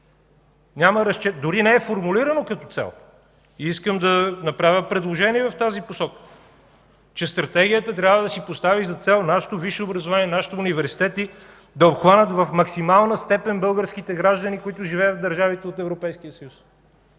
механизми, дори не е формулирано като цел. Искам да направя предложение в тази посока – че Стратегията трябва да си постави за цел нашето висше образование, нашите университети да обхванат в максимална степен българските граждани, които живеят в държавите от Европейския съюз